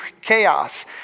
chaos